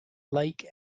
lake